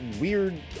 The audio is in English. weird